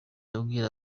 abwira